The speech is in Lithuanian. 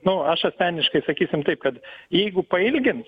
nu aš asmeniškai sakysim taip kad jeigu pailgins